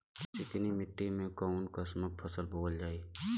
चिकनी मिट्टी में कऊन कसमक फसल बोवल जाई?